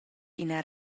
ina